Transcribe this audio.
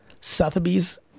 Sotheby's